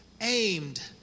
aimed